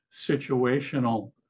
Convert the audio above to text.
situational